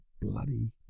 bloody